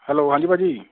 hello ਹਾਂਜੀ ਭਾਅ ਜੀ